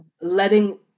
letting